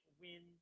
win